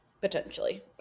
potentially